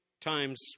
times